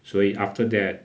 所以 after that